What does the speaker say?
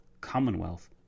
Commonwealth